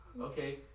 okay